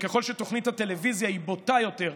וככל שתוכנית הטלוויזיה היא בוטה יותר,